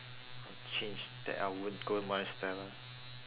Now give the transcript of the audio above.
I'll change that I won't go to maris stella